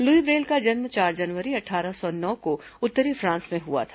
Louis Braille का जन्म चार जनवरी अट्टारह सौ नौ को उत्तरी फ्रांस में हुआ था